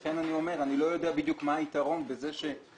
לכן אני אומר שאני לא יודע בדיוק מה היתרון בזה שניקח